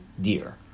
deer